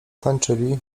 tańczyli